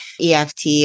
EFT